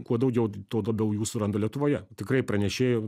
kuo daugiau tuo labiau jų suranda lietuvoje tikrai pranešėjų